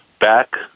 back